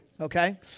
okay